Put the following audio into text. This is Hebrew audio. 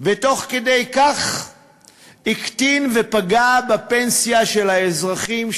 ותוך כדי כך הקטין ופגע בפנסיה של האזרחים,